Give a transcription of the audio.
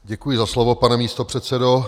Děkuji za slovo, pane místopředsedo.